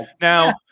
Now